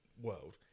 world